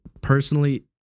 personally